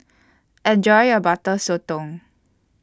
Enjoy your Butter Sotong